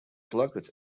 плакать